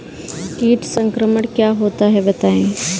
कीट संक्रमण क्या होता है बताएँ?